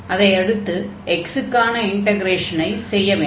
அதையடுத்து x க்கான இன்டக்ரேஷனை செய்ய வேண்டும்